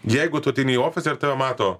jeigu tu ateini į ofisą ir tave mato